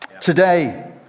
today